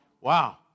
Wow